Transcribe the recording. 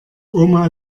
oma